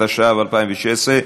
התשע"ו 2016,